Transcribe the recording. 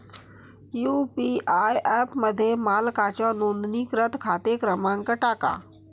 UPI ॲपमध्ये मालकाचा नोंदणीकृत खाते क्रमांक टाका